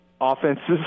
offenses